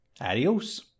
Adios